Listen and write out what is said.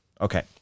okay